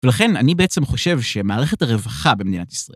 ולכן אני בעצם חושב שמערכת הרווחה במדינת ישראל.